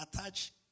attach